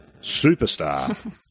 Superstar